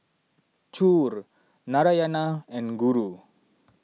Choor Narayana and Guru